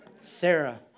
Sarah